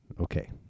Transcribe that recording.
Okay